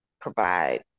provide